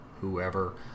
whoever